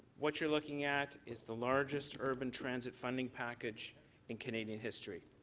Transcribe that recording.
what you're looking at is the largest urban transit funding package in canadian history.